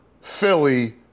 Philly